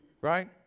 right